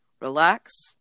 relax